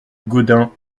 gaudin